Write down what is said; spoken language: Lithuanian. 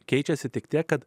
keičiasi tik tiek kad